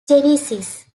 genesis